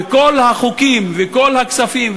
וכל החוקים וכל הכספים,